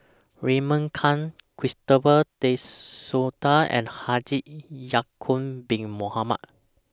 Raymond Kang Christopher De Souza and Haji Ya'Acob Bin Mohamed